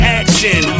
action